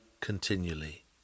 continually